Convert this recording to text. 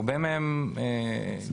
הרבה מהן כן.